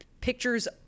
pictures